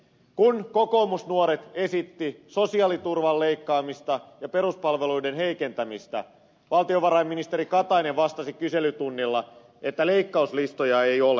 kun kokoomusnuoret esittivät sosiaaliturvan leikkaamista ja peruspalveluiden heikentämistä valtiovarainministeri katainen vastasi kyselytunnilla että leikkauslistoja ei ole